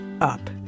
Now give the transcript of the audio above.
up